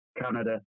Canada